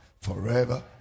forever